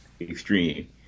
extreme